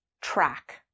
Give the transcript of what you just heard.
track